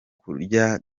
kurya